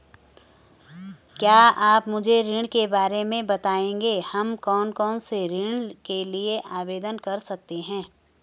क्या आप मुझे ऋण के बारे में बताएँगे हम कौन कौनसे ऋण के लिए आवेदन कर सकते हैं?